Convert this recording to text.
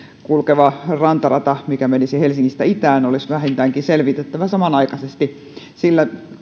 kulkeva rantarata mikä menisi helsingistä itään olisi vähintäänkin selvitettävä samanaikaisesti sillä